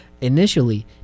Initially